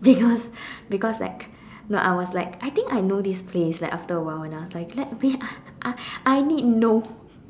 because because like no I was like I think I know this place like after a while and I was like let me I need no